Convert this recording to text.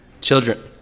Children